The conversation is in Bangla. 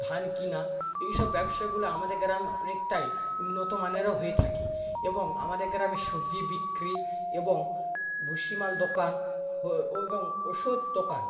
ধান কেনা এইসব ব্যবসাগুলো আমাদের গ্রামে অনেকটাই উন্নতমানেরও হয়ে থাকে এবং আমাদের গ্রামে সবজি বিক্রি এবং ভুষিমাল দোকান ও এবং ওষুধ দোকান